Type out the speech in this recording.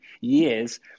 years